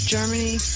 Germany